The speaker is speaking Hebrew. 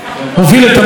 הוביל את המדינה,